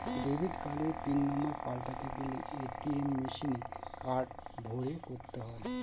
debit কার্ডের pin number পাল্টাতে গেলে এ.টি.এম মেশিনে কার্ড ভোরে করতে হয়